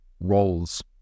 roles